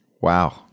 Wow